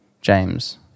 James